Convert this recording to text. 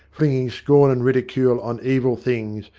flinging scorn and ridicule on evil things,